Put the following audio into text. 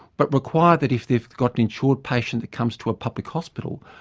but require that if they've got insured patient that comes to a public hospital,